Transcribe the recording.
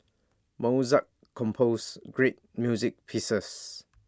Mozart composed great music pieces